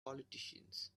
politicians